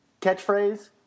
catchphrase